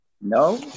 No